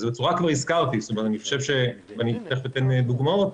בצורה כבר הזכרתי, ותיכף אתן דוגמאות.